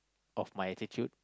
of my attitude